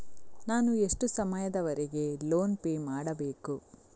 ನಾನು ಎಷ್ಟು ಸಮಯದವರೆಗೆ ಲೋನ್ ಪೇ ಮಾಡಬೇಕು?